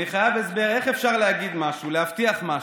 אני חייב הסבר איך אפשר להגיד משהו, להבטיח משהו,